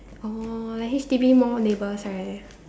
oh like H_D_B more neighbours right